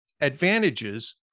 advantages